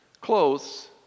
Clothes